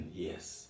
yes